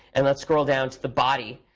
and let's scroll down to the body.